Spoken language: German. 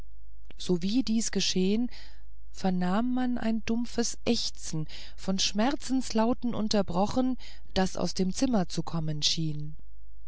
sowie dies geschehen vernahm man ein dumpfes ächzen von schmerzenslauten unterbrochen das aus dem zimmer zu kommen schien